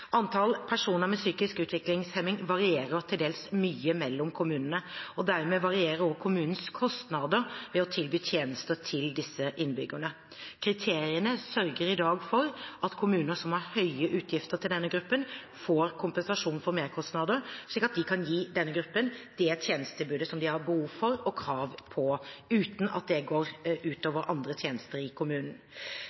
og dermed varierer også kommunenes kostnader ved å tilby tjenester til disse innbyggerne. Kriteriet sørger i dag for at kommuner som har høye utgifter til denne gruppen, får kompensasjon for merkostnader, slik at de kan gi denne gruppen det tjenestetilbudet som de har behov for og krav på, uten at det går